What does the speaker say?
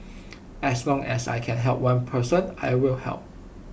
as long as I can help one person I will help